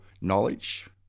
knowledge